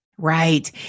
Right